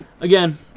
again